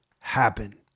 happen